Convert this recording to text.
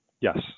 Yes